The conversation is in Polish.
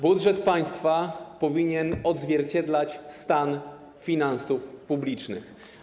Budżet państwa powinien odzwierciedlać stan finansów publicznych.